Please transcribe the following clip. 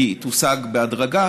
היא תושג בהדרגה